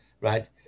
right